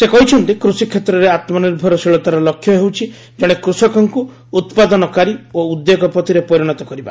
ସେ କହିଛନ୍ତି କ୍ଷି କ୍ଷେତ୍ରରେ ଆତ୍ମନିର୍ଭରଶୀଳତାର ଲକ୍ଷ୍ୟ ହେଉଛି ଜଣେ କୃଷକଙ୍କୁ ଉତ୍ପାଦନକାରୀ ଓ ଉଦ୍ୟୋଗପତିରେ ପରିଣତ କରିବା